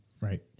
Right